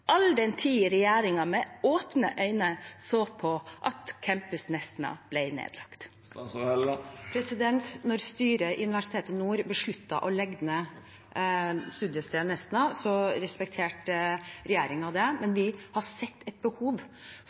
all den tid regjeringen med åpne øyne så på at campus Nesna ble nedlagt? Da styret ved Nord universitet besluttet å legge ned studiestedet Nesna, respekterte regjeringen det, men vi har sett et behov